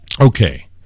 Okay